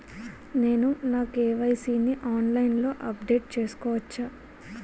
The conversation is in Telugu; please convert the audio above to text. నేను నా కే.వై.సీ ని ఆన్లైన్ లో అప్డేట్ చేసుకోవచ్చా?